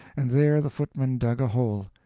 and there the footman dug a hole,